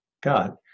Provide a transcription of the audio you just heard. God